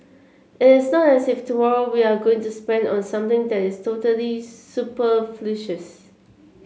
it is not as if tomorrow we are going to spend on something that is totally super